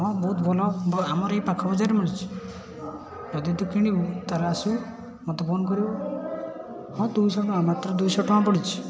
ହଁ ବହୁତ ଭଲ ଆମର ଏଇ ପାଖ ବଜାରରୁ ମିଳୁଛି ଯଦି ତୁ କିଣିବୁ ତାହେଲେ ଆସିବୁ ମୋତେ ଫୋନ୍ କରିବୁ ହଁ ଦୁଇଶହ ଟଙ୍କା ମାତ୍ର ଦୁଇଶହ ଟଙ୍କା ପଡ଼ିଛି